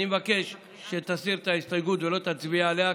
אני מבקש שתסיר את ההסתייגות ולא תצביע עליה,